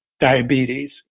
diabetes